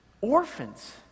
orphans